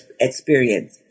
experience